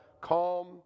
calm